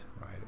right